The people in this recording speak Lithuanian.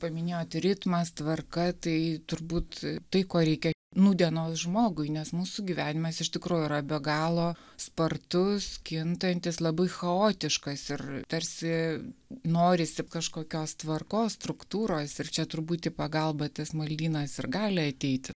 paminėjot ritmas tvarka tai turbūt tai ko reikia nūdienos žmogui nes mūsų gyvenimas iš tikrųjų yra be galo spartus kintantis labai chaotiškas ir tarsi norisi kažkokios tvarkos struktūros ir čia turbūt į pagalbą tas maldynas ir gali ateiti